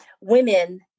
women